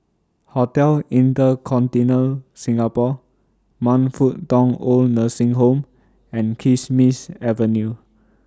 Hotel InterContinental Singapore Man Fut Tong Oid Nursing Home and Kismis Avenue